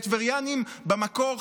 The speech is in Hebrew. טבריינים במקור,